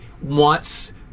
wants